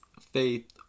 faith